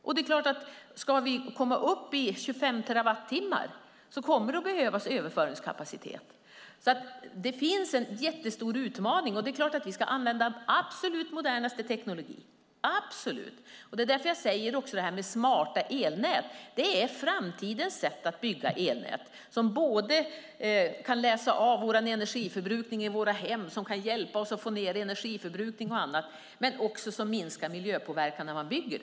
Om vi ska komma upp i 25 terawattimmar behövs det överföringskapacitet. Det finns en stor utmaning, och det är klart att den absolut modernaste tekniken ska användas. Det är därför jag nämner smarta elnät. Det är framtidens sätt att bygga elnät. De kan läsa av vår energiförbrukning i våra hem, hjälpa oss att sänka energiförbrukningen och minska miljöpåverkan när näten byggs.